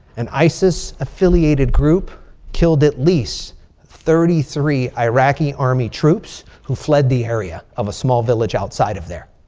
an isis-affiliated group killed at least thirty three iraqi army troops who fled the area of a small village outside of there.